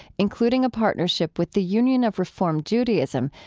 including a partnership with the union of reformed judaism,